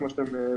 כמו שאתם יודעים,